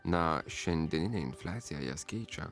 na šiandieninė infliacija jas keičia